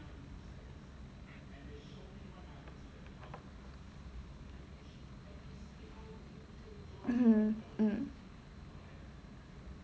mmhmm mm